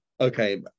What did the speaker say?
Okay